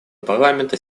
парламента